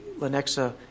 Lenexa